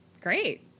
Great